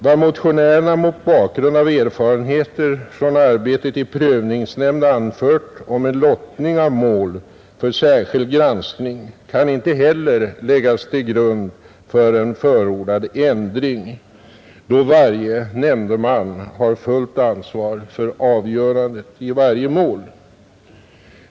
Vad motionärerna mot bakgrund av erfarenheter från arbetet i prövningsnämnd anfört om en lottning av mål för särskild granskning kan inte heller läggas till grund för en förordad ändring, då varje nämndeman har fullt ansvar för avgörandena i varje mål.